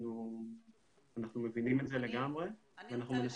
אנחנו מבינים את זה לגמרי ואנחנו מנסים